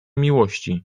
miłości